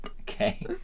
okay